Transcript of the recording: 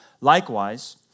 likewise